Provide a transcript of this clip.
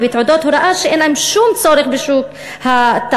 ובתעודות הוראה שאין בהן שום צורך בשוק התעסוקה?